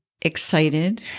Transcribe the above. excited